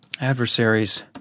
Adversaries